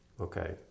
okay